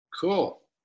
Cool